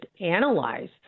analyze